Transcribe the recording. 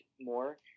more